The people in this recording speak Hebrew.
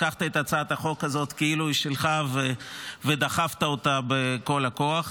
לקחת את הצעת החוק הזאת כאילו היא שלך ודחפת אותה בכל הכוח.